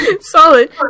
Solid